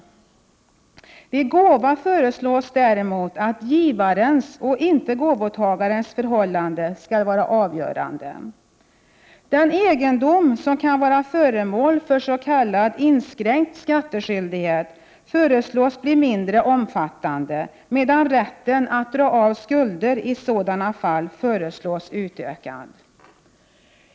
Vid gåva föreslås däremot att givarens och inte gåvotagarens förhållanden skall vara avgörande. Den egendom som kan vara föremål för s.k. inskränkt skattskyldighet föreslås bli mindre omfattande, medan rätten att dra av skulder i sådana fall föreslås utökad.